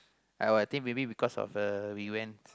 uh I think maybe because of the we went